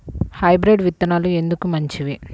Hybrid విత్తనాలు ఎందుకు మంచివి?